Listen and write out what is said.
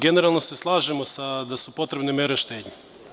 Generalno se slažemo da su potrebne mere štednje.